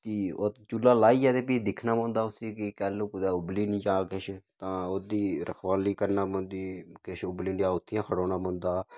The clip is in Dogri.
फ्ही ओह चुल्ला लाइयै ते फ्ही दिक्खना पौंदा फ्ही उसी कि कैलू कुतै उब्बली नी जा किश तां ओह्दी रखवाली करनी पौंदी किश उब्बली नी जा उत्थैं ई खड़ोना पौंदा